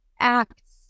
acts